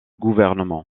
gouvernement